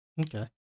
Okay